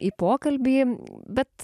į pokalbį bet